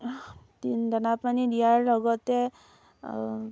দানা পানী দিয়াৰ লগতে